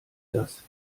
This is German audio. das